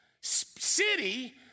City